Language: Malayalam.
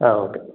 ആ ഓക്കെ